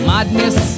Madness